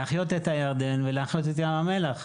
להחיות את הירדן ולהחיות את ים המלח.